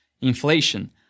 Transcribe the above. Inflation